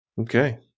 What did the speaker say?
Okay